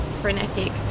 frenetic